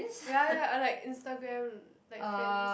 ya ya I like Instagram like friends